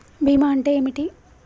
బీమా అంటే ఏమిటి?